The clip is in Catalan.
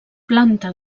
planta